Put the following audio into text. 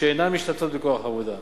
שאינן משתתפות בכוח העבודה.